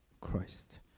Christ